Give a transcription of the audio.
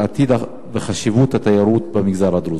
עתידה וחשיבותה של התיירות במגזר הדרוזי?